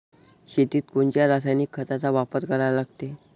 शेतीत कोनच्या रासायनिक खताचा वापर करा लागते?